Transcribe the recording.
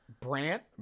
Brant